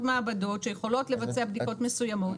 מבדות שיכולות לבצע בדיקות מסוימות.